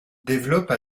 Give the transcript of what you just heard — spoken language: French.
développe